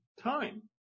time